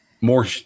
more